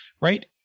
right